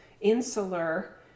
insular